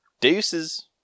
Deuces